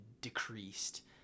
decreased